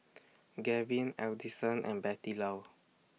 Gavyn Adison and Bettylou